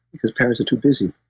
because parents are too busy.